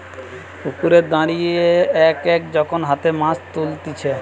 পুকুরে দাঁড়িয়ে এক এক যখন হাতে মাছ তুলতিছে